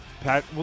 Pat